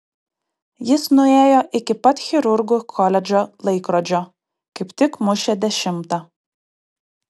jis nuėjo iki pat chirurgų koledžo laikrodžio kaip tik mušė dešimtą